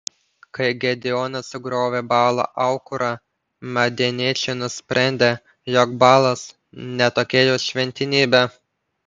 kai gedeonas sugriovė baalo aukurą madianiečiai nusprendė jog baalas ne tokia jau šventenybė